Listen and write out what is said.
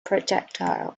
projectile